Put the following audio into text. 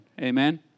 Amen